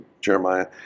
Jeremiah